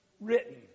written